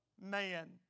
man